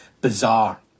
Bizarre